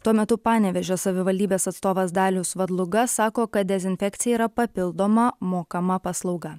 tuo metu panevėžio savivaldybės atstovas dalius vadluga sako kad dezinfekcija yra papildoma mokama paslauga